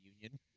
union